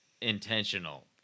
intentional